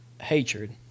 hatred